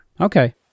Okay